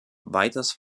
weiters